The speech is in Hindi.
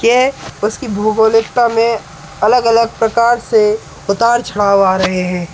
के उसकी भौगोलिकता में अलग अलग प्रकार से उतार चढ़ाव आ रहे हैं